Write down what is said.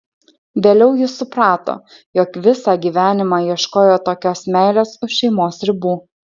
vėliau jis suprato jog visą gyvenimą ieškojo tokios meilės už šeimos ribų